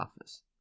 office